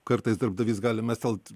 kartais darbdavys gali mestelt